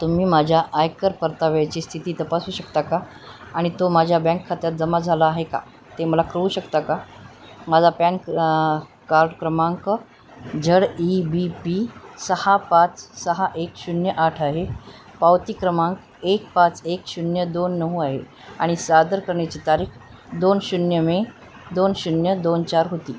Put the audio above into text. तुम्ही माझ्या आयकर परताव्याची स्थिती तपासू शकता का आणि तो माझ्या बँक खात्यात जमा झाला आहे का ते मला कळवू शकता का माझा पॅन क कार्ड क्रमांक झड ई बी पी सहा पाच सहा एक शून्य आठ आहे पावती क्रमांक एक पाच एक शून्य दोन नऊ आहे आणि सादर करण्याची तारीख दोन शून्य मे दोन शून्य दोन चार होती